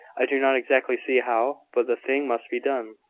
i do not exactly see how but the thing must be done.